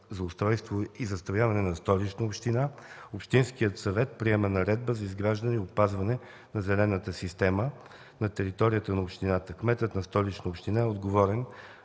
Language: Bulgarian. за устройство и застрояване на Столична община, Общинският съвет приема наредба за изграждане и опазване на зелената система на територията на общината. Кметът на Столична община е отговорен